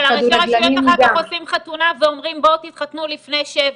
אבל ראשי הרשויות אחר כך עושים חתונה ואומרים: בואו תתחתנו לפני שבע.